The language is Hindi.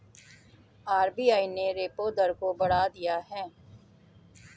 आर.बी.आई ने रेपो दर को बढ़ा दिया है